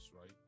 right